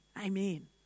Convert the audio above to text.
Amen